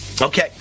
Okay